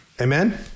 Amen